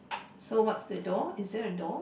so what's the door is there a door